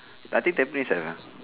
I think tampines have ah